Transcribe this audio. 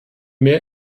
mehr